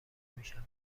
میشود